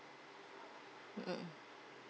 mm mm